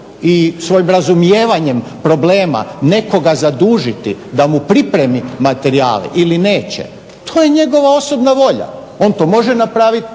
voljom i razumijevanjem problema nekoga zadužiti da mu pripremi materijale ili neće, to je njegova osobna volja, on to hoće napraviti,